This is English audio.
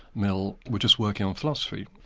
mill, were just working on philosophy,